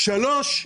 שלישית,